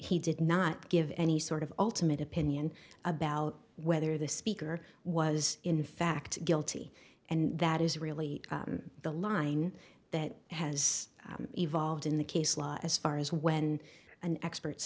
he did not give any sort of ultimate opinion about whether the speaker was in fact guilty and that is really the line that has evolved in the case law as far as when an expert